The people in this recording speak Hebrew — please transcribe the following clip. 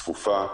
צפופה,